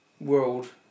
world